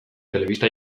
telebista